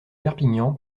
perpignan